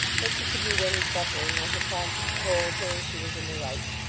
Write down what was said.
but she could meet any suffering when her conscience told her she was in the rights,